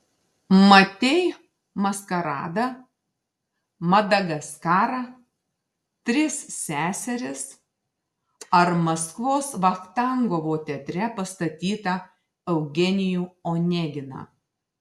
matei maskaradą madagaskarą tris seseris ar maskvos vachtangovo teatre pastatytą eugenijų oneginą